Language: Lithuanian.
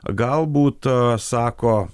gal būta sako